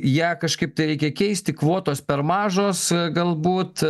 ją kažkaip tai reikia keisti kvotos per mažos galbūt